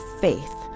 faith